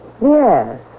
Yes